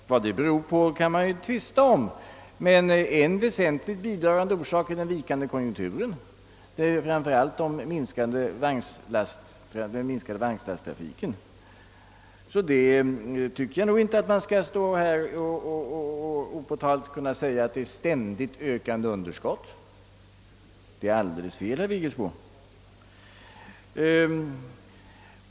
Vad detta beror på kan man ju tvista om, men en väsentligt bidragande orsak är den vikande konjunkturen och framför allt den minskande vagnslasttrafiken. Jag tycker inte att man opåtalt då skall kunna stå här och tala om ett ständigt ökande underskott. Det är alldeles fel, herr Vigelsbo!